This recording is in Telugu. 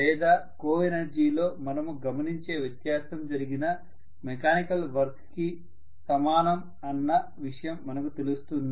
లేదా కోఎనర్జీ లో మనము గమనించే వ్యత్యాసం జరిగిన మెకానికల్ వర్క్ కి సమానం అన్న విషయం మనకు తెలుస్తుంది